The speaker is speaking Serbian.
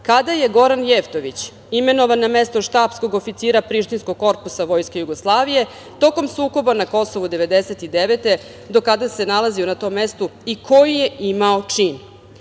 kada je Goran Jeftović imenovan na mesto štabskog oficira prištinskog korpusa Vojske Jugoslavije tokom sukoba na Kosovu 1999. do kada se nalazio na tom mestu i koji je imao čin.U